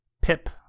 PIP